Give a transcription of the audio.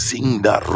Zinda